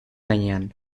gainean